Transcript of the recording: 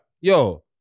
yo